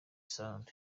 sound